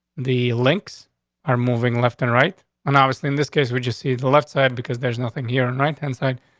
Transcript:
the links are moving left and right on. obviously, in this case, we just see the left side because there's nothing here in right hand side,